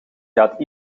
gaat